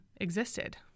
existed